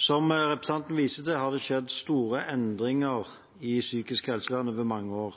Som representantene viser til, har det skjedd store endringer i psykisk helsevern over mange år.